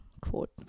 quote